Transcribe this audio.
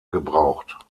gebraucht